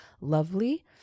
lovely